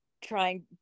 trying